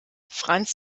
franz